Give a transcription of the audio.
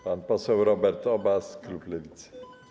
Pan poseł Robert Obaz, klub Lewicy.